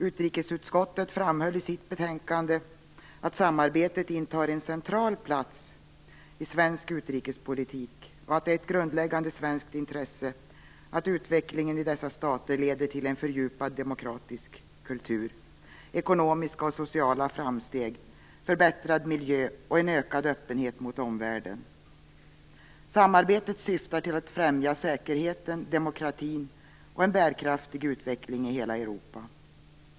Utrikesutskottet framhöll i sitt betänkande att samarbetet intar en central plats i svensk utrikespolitik och att det är ett grundläggande svenskt intresse att utvecklingen i dessa stater leder till en fördjupad demokratisk kultur, ekonomiska och sociala framsteg, förbättrad miljö och en ökad öppenhet mot omvärlden. Samarbetet syftar till att främja säkerheten, demokratin och en bärkraftig utveckling i hela Europa.